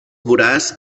voraç